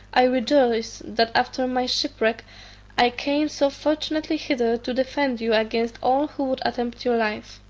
i rejoice that after my shipwreck i came so fortunately hither to defend you against all who would attempt your life.